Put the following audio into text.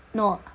no